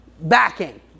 backing